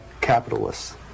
capitalists